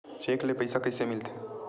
Cheque ले पईसा कइसे मिलथे?